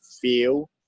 feel